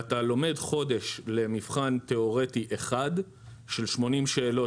אתה לומד חודש למבחן תיאורטי אחד של 80 שאלות